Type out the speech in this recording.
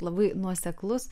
labai nuoseklus